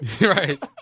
Right